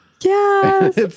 yes